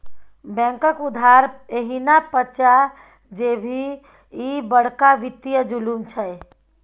बैंकक उधार एहिना पचा जेभी, ई बड़का वित्तीय जुलुम छै